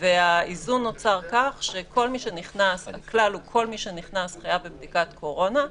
או למנכ"ל הרשות.